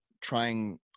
trying